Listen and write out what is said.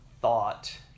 thought